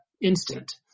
instant